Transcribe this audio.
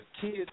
kids